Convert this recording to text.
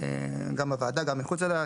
גם בוועדה וגם מחוץ לוועדה,